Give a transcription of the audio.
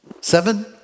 Seven